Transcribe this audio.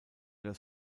das